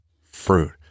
fruit